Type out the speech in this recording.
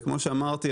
וכמו שאמרתי,